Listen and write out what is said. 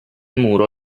muro